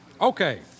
Okay